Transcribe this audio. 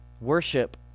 Worship